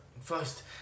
first